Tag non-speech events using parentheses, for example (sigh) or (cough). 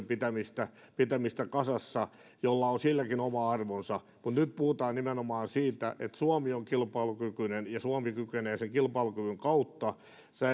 (unintelligible) pitämistä pitämistä kasassa millä on silläkin oma arvonsa mutta nyt puhutaan nimenomaan siitä että suomi on kilpailukykyinen ja suomi kykenee sen kilpailukyvyn kautta